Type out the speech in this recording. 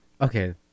Okay